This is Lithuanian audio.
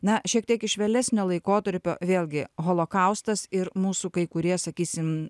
na šiek tiek iš vėlesnio laikotarpio vėlgi holokaustas ir mūsų kai kurie sakysim